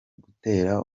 gutera